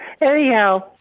Anyhow